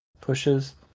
Pushes